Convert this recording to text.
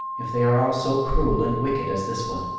if they are all so cruel and wicked as this one.